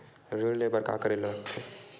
ऋण ले बर का करे ला लगथे?